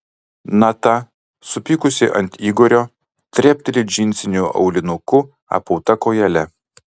nata supykusi ant igorio trepteli džinsiniu aulinuku apauta kojele